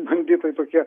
banditai tokie